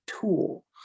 tool